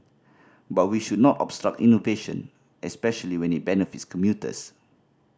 but we should not obstruct innovation especially when it benefits commuters